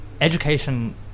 education